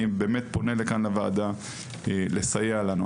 אני פונה לוועדה בבקשה לסייע לנו.